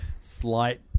slight